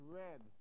red